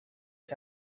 ich